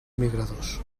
migradors